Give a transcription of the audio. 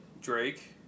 Drake